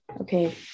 okay